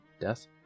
death